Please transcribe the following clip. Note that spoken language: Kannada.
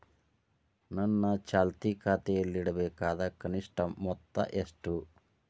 ನನ್ನ ಚಾಲ್ತಿ ಖಾತೆಯಲ್ಲಿಡಬೇಕಾದ ಕನಿಷ್ಟ ಮೊತ್ತ ಎಷ್ಟು?